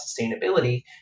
sustainability